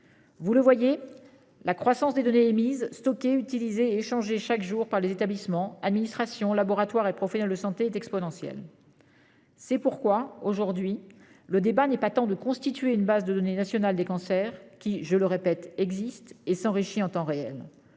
Vous le voyez, la croissance des données émises, stockées, utilisées et échangées chaque jour par les établissements, administrations, laboratoires et professionnels de santé est exponentielle. C'est pourquoi, aujourd'hui, le débat n'est pas tant de constituer une base de données nationale des cancers, qui, je le répète, existe, et s'enrichit en temps réel.